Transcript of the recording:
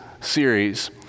series